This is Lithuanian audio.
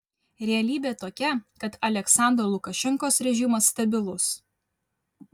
realybė tokia kad aliaksandro lukašenkos režimas stabilus